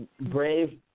brave